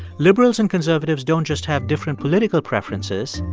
liberals and conservatives don't just have different political preferences.